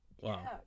wow